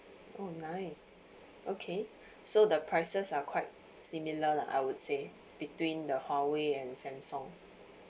oh nice okay so the prices are quite similar lah I would say between the huawei and samsung